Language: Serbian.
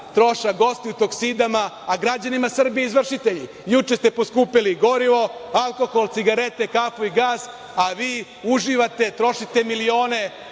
trošak, a građanima Srbije izvršitelji. Juče ste poskupeli gorivo, alkohol, cigarete, kafu i gas, a vi uživate, trošite milione